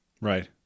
right